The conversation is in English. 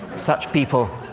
such people